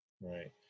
Right